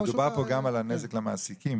לא, דובר פה על הנזק למעסיקים.